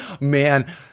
Man